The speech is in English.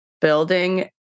building